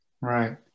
Right